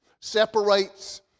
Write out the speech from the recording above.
Separates